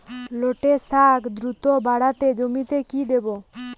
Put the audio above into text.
লটে শাখ দ্রুত বাড়াতে জমিতে কি দেবো?